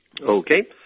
Okay